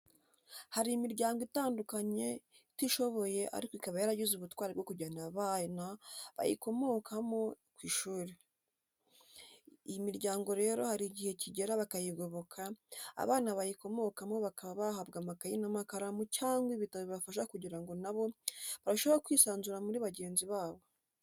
Hari imiryango itandukanye itishoboye ariko ikaba yaragize ubutwari bwo kujyana abana bayikomohamo ku ishuri, iyo miryango rero hari igihe kigera bakayigoboka, abana bayikomokamo bakaba babaha amakayi n'amakaramu cyangwa ibitabo bibafasha kugira ngo na bo barusheho kwisanzura muri bagenzi babo.